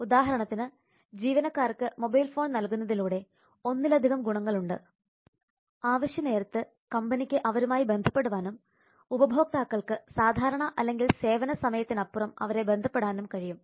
ഉദാഹരണത്തിന് ജീവനക്കാർക്ക് മൊബൈൽഫോൺ നൽകുന്നതിലൂടെ ഒന്നിലധികം ഗുണങ്ങളുണ്ട് ആവശ്യനേരത്ത് കമ്പനിക്ക് അവരുമായി ബന്ധപ്പെടുവാനും ഉപഭോക്താക്കൾക്ക് സാധാരണ അല്ലെങ്കിൽ സേവന സമയത്തിന് അപ്പുറം അവരെ ബന്ധപ്പെടാനും കഴിയും